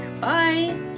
Bye